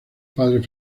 padres